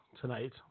tonight